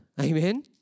Amen